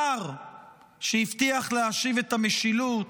שר שהבטיח להשיב את המשילות,